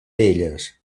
elles